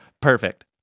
perfect